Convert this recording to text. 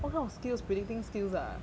what kind of skills predicting skills ah